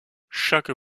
chaque